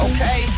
Okay